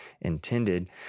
intended